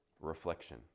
reflection